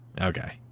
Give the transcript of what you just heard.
Okay